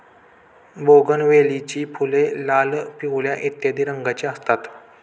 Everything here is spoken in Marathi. बोगनवेलीची फुले लाल, पिवळ्या इत्यादी रंगांची असतात